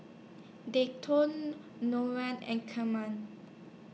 Dayton Orlo and Carma